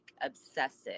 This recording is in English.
obsessive